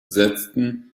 setzten